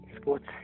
sports